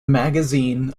magazine